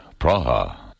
Praha